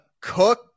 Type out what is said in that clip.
Cook